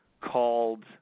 called